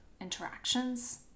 interactions